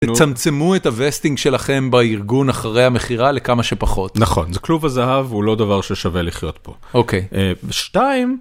תצמצמו את הווסטינג שלכם בארגון אחרי המכירה לכמה שפחות. נכון, זה כלוב הזהב, הוא לא דבר ששווה לחיות בו. אוקיי, ושתיים.